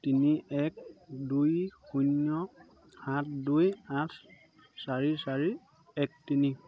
তিনি এক দুই শূন্য সাত দুই আঠ চাৰি চাৰি এক তিনি